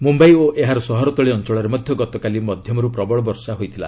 ମୁମ୍ବାଇ ଓ ଏହାର ସହରତଳୀ ଅଞ୍ଚଳରେ ମଧ୍ୟ ଗତକାଲି ମଧ୍ୟମରୁ ପ୍ରବଳ ବର୍ଷା ହୋଇଥିଲା